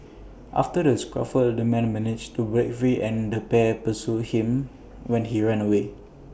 after the scuffle the man managed to break free and the pair pursued him when he ran away